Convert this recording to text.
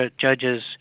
judge's